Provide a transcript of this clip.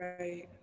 Right